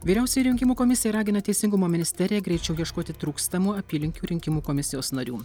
vyriausia rinkimų komisija ragina teisingumo ministeriją greičiau ieškoti trūkstamų apylinkių rinkimų komisijos narių